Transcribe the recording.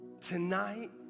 tonight